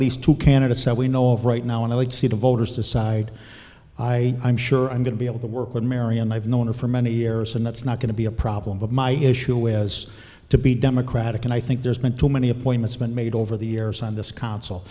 least two candidates that we know of right now and i would see the voters decide i am sure i'm going to be able to work with mary and i've known her for many years and that's not going to be a problem but my issue is to be democratic and i think there's been too many appointments been made over the years on this consul